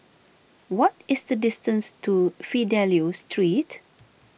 what is the distance to Fidelio Street